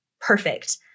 perfect